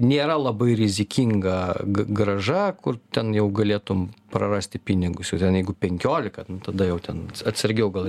nėra labai rizikinga grąža kur ten jau galėtum prarasti pinigus jau ten jeigu penkiolika tada jau ten atsargiau gal reik